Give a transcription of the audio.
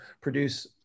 produce